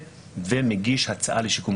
בין היתר, וגם הדברים האחרים שיש כאן.